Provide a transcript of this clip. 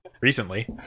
recently